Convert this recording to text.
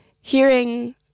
hearing